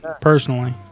Personally